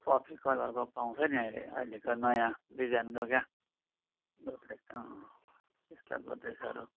coffee कलरको पाउँछ नि अहिले अहिलेको नयाँ डिजाइनको क्या गोदरेज अँ त्यस्तो गोदरेजहरू